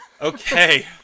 Okay